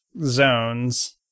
zones